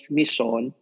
mission